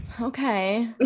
Okay